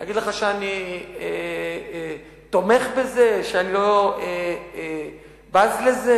להגיד לך שאני תומך בזה, שאני לא בז לזה?